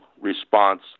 response